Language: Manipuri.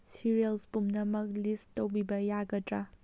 ꯁꯤꯔꯤꯌꯦꯜꯁ ꯄꯨꯝꯅꯃꯛ ꯂꯤꯁ ꯇꯧꯕꯤꯕ ꯌꯥꯒꯗ꯭ꯔꯥ